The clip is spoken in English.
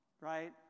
right